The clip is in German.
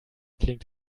klingt